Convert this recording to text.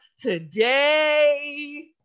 today